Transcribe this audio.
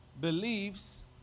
Beliefs